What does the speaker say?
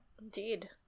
Indeed